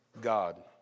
God